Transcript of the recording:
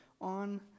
on